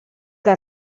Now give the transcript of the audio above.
que